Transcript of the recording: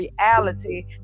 reality